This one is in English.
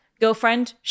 girlfriend